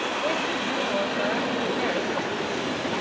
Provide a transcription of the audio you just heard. wished him or her a merry christmas.